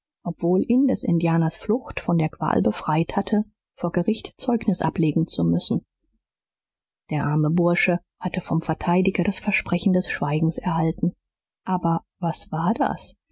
obwohl ihn des indianers flucht von der qual befreit hatte vor gericht zeugnis ablegen zu müssen der arme bursche hatte vom verteidiger das versprechen des schweigens erhalten aber was war das